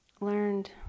learned